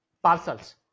parcels